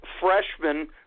freshman